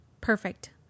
perfect